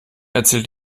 erzählt